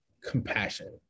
compassion